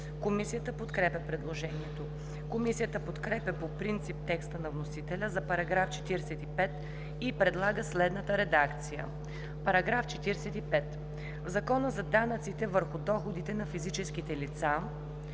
Комисията подкрепя предложението. Комисията подкрепя по принцип текста на вносителя за § 45 и предлага следната редакция: „§ 45. В Закона за данъците върху доходите на физическите лица